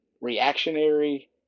reactionary